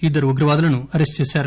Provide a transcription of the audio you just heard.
ఇద్దరు ఉగ్రవాదులను అరెస్ట్ చేశారు